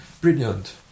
brilliant